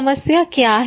समस्या क्या है